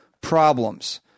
problems